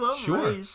Sure